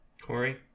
Corey